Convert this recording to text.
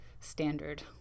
standard